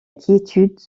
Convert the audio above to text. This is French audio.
quiétude